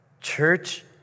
Church